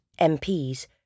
MPs